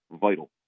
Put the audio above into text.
vital